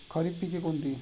खरीप पिके कोणती?